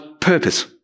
purpose